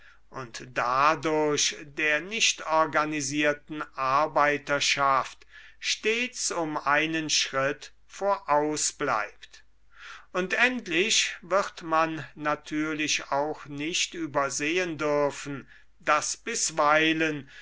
und dadurch der nichtorganisierten arbeiterschaft stets um einen schritt voraus bleibt und endlich wird man natürlich auch nicht übersehen dürfen daß bisweilen